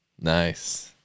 Nice